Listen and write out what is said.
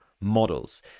models